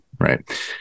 right